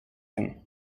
him